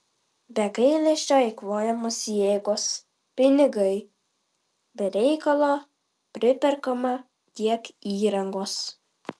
be gailesčio eikvojamos jėgos pinigai be reikalo priperkama tiek įrangos